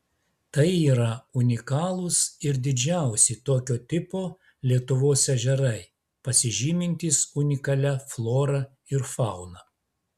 tai yra unikalūs ir didžiausi tokio tipo lietuvos ežerai pasižymintys unikalia flora ir fauna